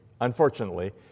unfortunately